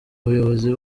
ubuyobozi